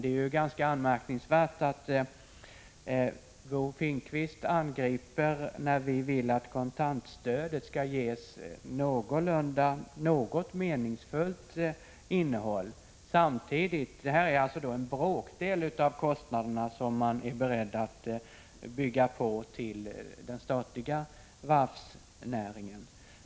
Det är ganska anmärkningsvärt att Bo Finnkvist angriper oss när vi vill att kontantstödet skall ges ett meningsfullt innehåll. Stödet motsvarar en bråkdel av de kostnader som man är beredd att acceptera när det gäller den statliga varvsnäringen.